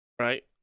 right